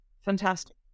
fantastic